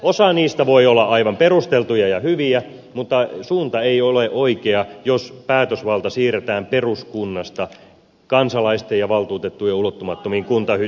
osa niistä voi olla aivan perusteltuja ja hyviä mutta suunta ei ole oikea jos päätösvalta siirretään peruskunnasta kansalaisten ja valtuutettujen ulottumattomiin kuntayhtymiin